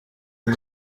iyi